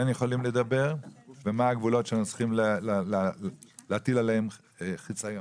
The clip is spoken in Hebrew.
יכולים לדבר ומה הגבולות שאנחנו צריכים להטיל עליהם חיסיון.